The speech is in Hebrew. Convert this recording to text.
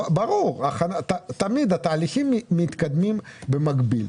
ברור, תמיד התהליכים מתקדמים במקביל.